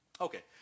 Okay